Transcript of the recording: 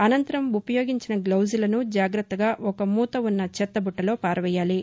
అనంతరం ఉపయోగించిన గ్లొజులను జాగ్రత్తగా ఒక మూత ఉన్న చెత్త బుట్టలో పారవేయాలి